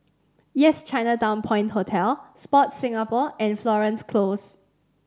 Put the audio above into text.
Yes Chinatown Point Hotel Sport Singapore and Florence Close